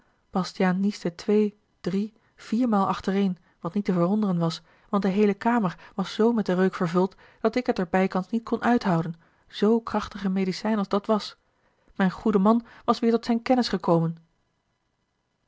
bastiaan niesde twee drie viermaal achtereen wat niet te verwonderen was want de heele kamer was zoo met den reuk vervuld dat ik het er bijkans niet kon uithouden z krachtige medicijn als dat was mijn goede man was weêr tot zijn kennis gekomen